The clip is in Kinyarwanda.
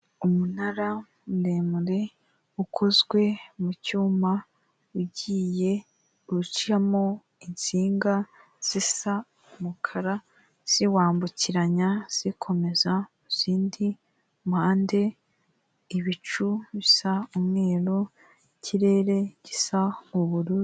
Umunara muremure ukozwe mu cyuma ugiye ucamo insinga zisa umukara ziwambukiranya zikomeza mu zindi mpande, ibicu bisa umweru ikirere gisa ubururu.